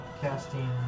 casting